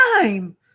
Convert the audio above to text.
time